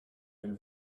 belle